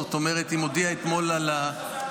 זאת אומרת שאם הודיע אתמול על ההתפטרות,